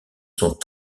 sont